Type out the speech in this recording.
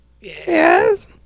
Yes